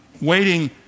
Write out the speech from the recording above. waiting